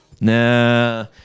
Nah